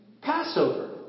Passover